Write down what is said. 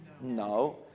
no